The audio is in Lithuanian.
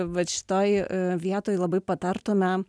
vat šitoj vietoj labai patartume